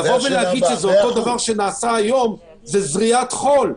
לבוא ולהגיד שזה אותו דבר מה שנעשה היום זה זריית חול.